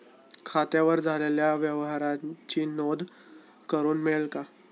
खात्यावर झालेल्या व्यवहाराची नोंद करून मिळेल का?